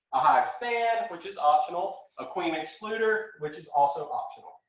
a hive stand which is optional, a queen excluder which is also optional.